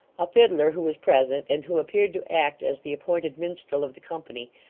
a fiddler who was present, and who appeared to act as the appointed minstrel of the company,